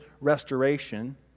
restoration